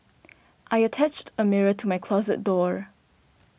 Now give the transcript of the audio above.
I attached a mirror to my closet door